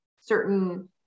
certain